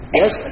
yes